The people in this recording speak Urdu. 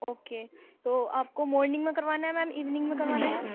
اوکے تو آپ کو مورننگ میں کروانا ہے میم ایوننگ میں کروانا ہے